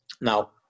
now